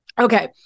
Okay